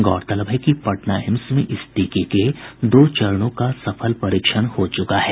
गौरलतब है कि पटना एम्स में इस टीके के दो चरणों का सफल परीक्षण हो चुका है